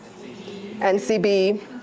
NCB